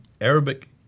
Arabic